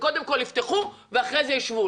שקודם כל יפתחו ואחר כך ישבו.